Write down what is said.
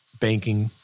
Banking